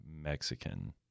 Mexican